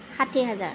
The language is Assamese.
ষাঠি হাজাৰ